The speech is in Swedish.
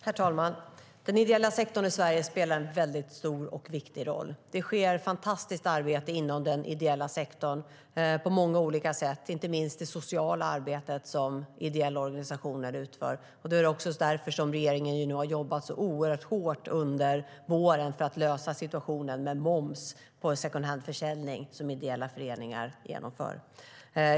Herr talman! Den ideella sektorn i Sverige spelar en väldigt stor och viktig roll. Det sker ett fantastiskt arbete inom den ideella sektorn på många olika sätt. Det gäller inte minst det sociala arbete som ideella organisationer utför. Det är också därför som regeringen har jobbat oerhört hårt under våren för att lösa situationen med moms vid secondhandförsäljning som ideella föreningar genomför.